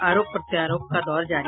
आरोप प्रत्यारोप का दौर जारी